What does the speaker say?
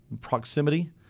proximity